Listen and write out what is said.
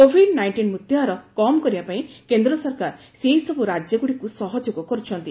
Covid nineteen ମୃତ୍ୟୁହାର କମ୍ କରିବା ପାଇଁ କେନ୍ଦ୍ର ସରକାର ସେହିସବୁ ରାଜ୍ୟଗୁଡ଼ିକୁ ସହଯୋଗ କରୁଛନ୍ତି